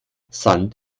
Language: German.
sand